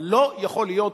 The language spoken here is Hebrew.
אבל לא יכול להיות,